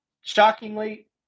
Shockingly